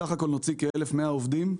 בסך הכול נוציא כ-1,100 עובדים,